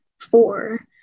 four